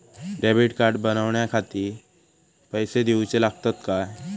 Debit card बनवण्याखाती पैसे दिऊचे लागतात काय?